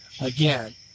Again